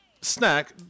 Snack